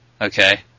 Okay